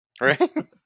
Right